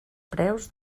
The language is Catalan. preus